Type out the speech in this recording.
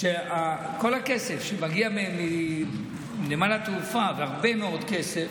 שכל הכסף שמגיע מנמל התעופה, והרבה מאוד כסף,